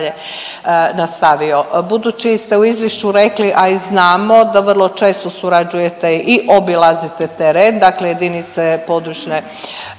Budući ste u izvješću rekli, a i znamo da vrlo često surađujete i obilazite teren, dakle jedinice područne i